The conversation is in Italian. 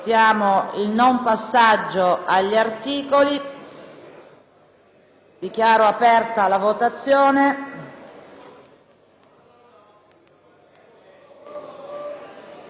Dichiaro aperta la votazione.